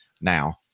now